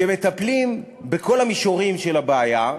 שמטפלים בכל המישורים של הבעיה,